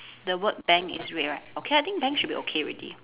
the word bank is red right okay I think bank should be okay already